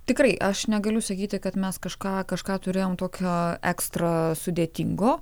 tikrai aš negaliu sakyti kad mes kažką kažką turėjome tokio ekstra sudėtingo